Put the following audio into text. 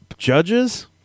Judges